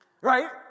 Right